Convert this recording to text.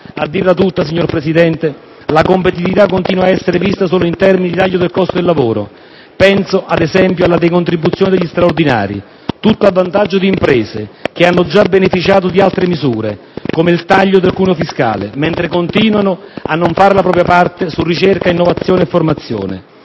A dirla tutta, signor Presidente, la competitività continua ad essere vista solo in termini di tagli del costo del lavoro. Penso, ad esempio, alla decontribuzione degli straordinari, tutto a vantaggio di imprese che hanno già beneficiato di altre misure, come il taglio del cuneo fiscale, mentre continuano a non fare la propria parte su ricerca, innovazione, formazione.